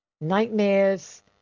nightmares